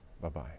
Bye-bye